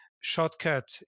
shortcut